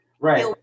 Right